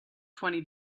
twenty